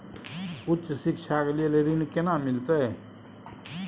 उच्च शिक्षा के लेल ऋण केना मिलते?